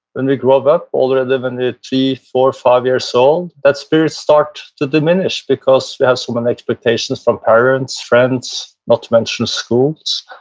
when we grow up, older than than ah three, four, five years old that spirit starts to diminish because we have so many um expectations from parents, friends not to mention schools,